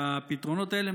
והפתרונות האלה,